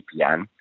VPN